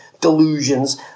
delusions